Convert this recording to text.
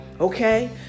Okay